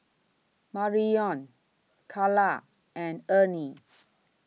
Marrion Karla and Ernie